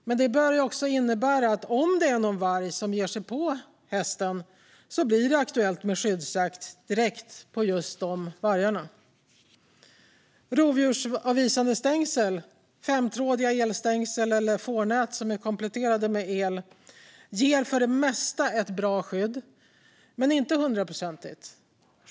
Men det bör också innebära att om det är någon varg som ger sig på hästen blir det aktuellt med skyddsjakt direkt på just de vargarna. Rovdjursavvisande stängsel - femtrådiga elstängsel eller fårnät som är kompletterade med eltrådar - ger för det mesta ett bra skydd, men inte helt hundraprocentigt.